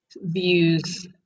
views